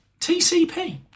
TCP